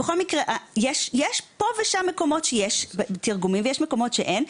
יש פה ושם שיש תרגומים, ויש מקומות שאין.